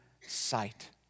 sight